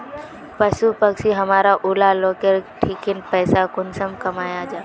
पशु पक्षी हमरा ऊला लोकेर ठिकिन पैसा कुंसम कमाया जा?